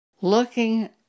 looking